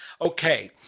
okay